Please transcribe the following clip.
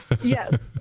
Yes